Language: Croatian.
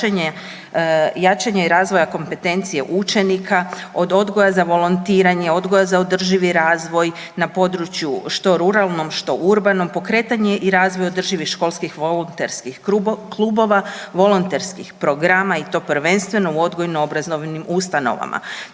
jačanja i razvoja kompetencija učenika, od odgoja za volontiranje, odgoja za održivi razvoj na području što ruralnom, što urbanom, pokretanje i razvoj održivih školskih volonterskih klubova, volonterskih programa i to prvenstveno u odgojno-obrazovnim ustanovama.